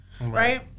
right